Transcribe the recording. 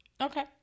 Okay